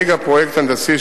דבר שהינו מגה-פרויקט הנדסי,